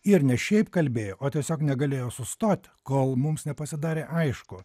ir ne šiaip kalbėjo o tiesiog negalėjo sustot kol mums nepasidarė aišku